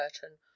curtain